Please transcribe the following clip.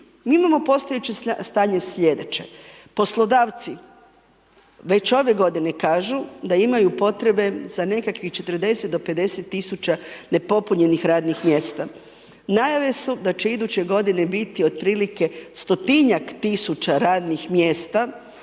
Mi imamo postojeće stanje slijedeće. Poslodavci već ove godine kažu da imaju potrebe za nekakvih 40 do 50.000 nepopunjenih radnih mjesta, najave su da će iduće godine biti otprilike 100-tinjak tisuća radnih mjesta